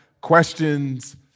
questions